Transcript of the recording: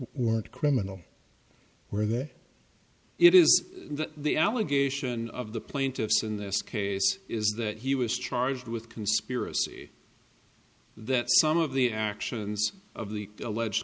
war criminal where there it is the allegation of the plaintiffs in this case is that he was charged with conspiracy that some of the actions of the alleged